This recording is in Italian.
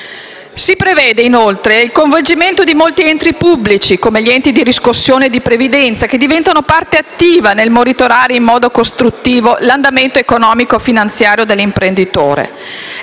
Si prevede, inoltre, il coinvolgimento di molti enti pubblici, come gli enti di riscossione e di previdenza che diventano parte attiva nel monitorare in modo costruttivo l'andamento economico-finanziario dell'imprenditore.